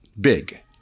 big